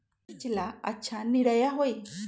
मिर्च ला अच्छा निरैया होई?